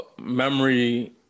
memory